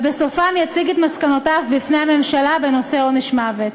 ובסופם יציג את מסקנותיו בפני הממשלה בנושא עונש מוות.